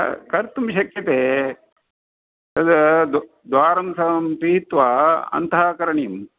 आ कर्तुं शक्यते तत् द् द्वारं सर्वं पिहित्वा अन्तः करणीयम्